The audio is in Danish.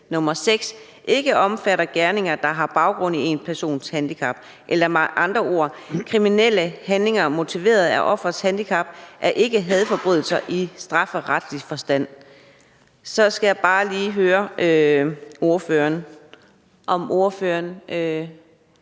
6, ikke omfatter gerninger, der har baggrund i en persons handicap. Eller med andre ord: Kriminelle handlinger motiveret af offerets handicap er ikke hadforbrydelser i strafferetlig forstand. Så skal jeg bare lige høre om ordførerens